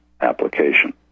application